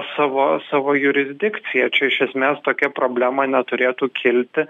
savo savo jurisdikciją čia iš esmės tokia problema neturėtų kilti